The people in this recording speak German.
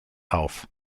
auf